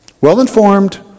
Well-informed